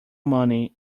money